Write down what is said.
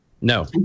No